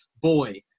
Boy